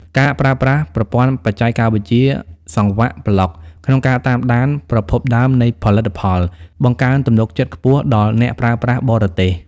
ការប្រើប្រាស់ប្រព័ន្ធបច្ចេកវិទ្យាសង្វាក់ប្លុកក្នុងការតាមដានប្រភពដើមនៃផលិតផល បង្កើនទំនុកចិត្តខ្ពស់ដល់អ្នកប្រើប្រាស់បរទេស។